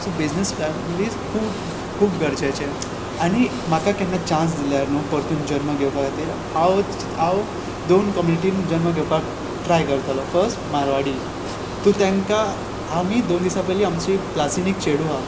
so business families खूब खूब गरजेचे आनी म्हाका केन्ना चान्स दिल्यार न्हय परतून जन्म घेवपा खातीर हांव चित्ता हांव दोन कमुनिटीन जन्म घेवपाक ट्राय करतलो फस्ट म्हारवाडी तूं तांकां आमी दोन दिसां पयलीं आमची क्लासीन एक चेडूं आसा